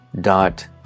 dot